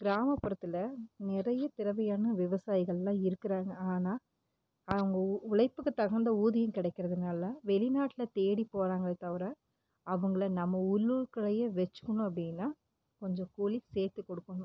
கிராமப்புறத்தில் நிறைய திறமையான விவசாயிங்கள்லான் இருக்கிறாங்க ஆனால் அவங்க உழைப்புக்கு தகுந்த ஊதியம் கிடக்கிறதுனால வெளிநாட்டில் தேடி போகிறாங்களே தவிர அவங்கள நம்ம உள்ளூர்குள்ளே வச்சிகினும் அப்படினா கொஞ்ஜ கூலி சேர்த்து கொடுக்குணும்